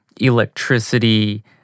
electricity